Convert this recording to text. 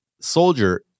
soldier